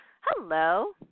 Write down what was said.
Hello